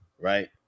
right